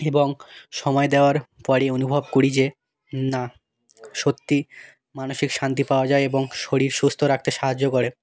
এবং সময় দেওয়ার পরই অনুভব করি যে না সত্যি মানসিক শান্তি পাওয়া যায় এবং শরীর সুস্থ রাখতে সাহায্য করে